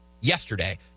yesterday